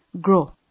grow